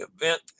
event